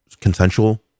Consensual